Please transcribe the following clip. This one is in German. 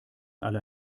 alle